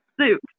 soup